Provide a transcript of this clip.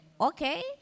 okay